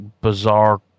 bizarre